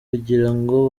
kugirango